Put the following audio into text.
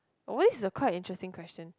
where's the quite interesting question